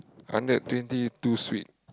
hundred twenty too sweet